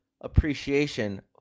appreciation